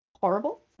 horrible